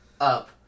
up